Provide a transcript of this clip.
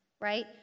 right